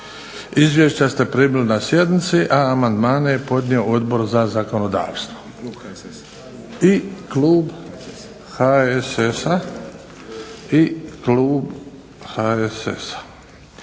Izvješća ste primili na sjednici, a amandmane je podnio Odbor za zakonodavstvo i Klub HSS-a. Želi li